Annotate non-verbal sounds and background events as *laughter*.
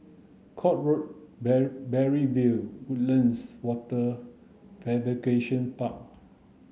Court Road *unintelligible* Parry View Woodlands Wafer Fabrication Park